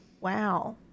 wow